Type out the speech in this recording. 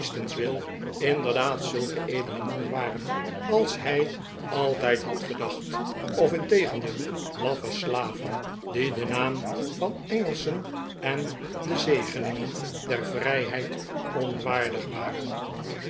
eatanswill inderdaad zulke edele mannen waren als hij altijd had gedacht of integendeel laffe slaven die den naam van engelschen en de zegeningen der vrijheid onwaardig waren